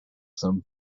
them